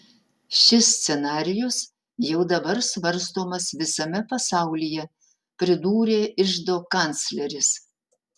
šis scenarijus jau dabar svarstomas visame pasaulyje pridūrė iždo kancleris